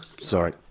Sorry